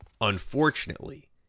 Unfortunately